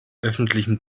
öffentlichen